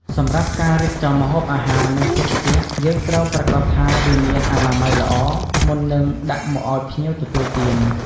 សម្រាប់ការររៀបចំម្ហូបអាហារ និងភេសជ្ជៈយើងត្រូវប្រាកដថាវាមានអនាម័យល្អមុននឹងដាក់មកអោយភ្ញៀវទទួលទាន។